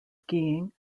skiing